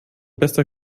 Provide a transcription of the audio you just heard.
bester